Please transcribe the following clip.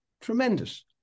tremendous